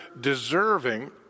deserving